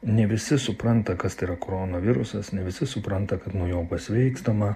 ne visi supranta kas tai yra korona virusas ne visi supranta kad nuo jo pasveikstama